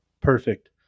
Perfect